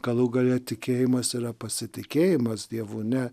galų gale tikėjimas yra pasitikėjimas dievu ne